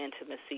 intimacy